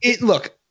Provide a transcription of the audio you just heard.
Look